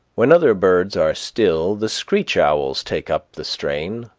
when other birds are still, the screech owls take up the strain,